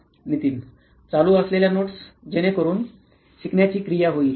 नितीन चालू असलेल्या नोट्स जेणेकरून शिकण्याची क्रिया होईल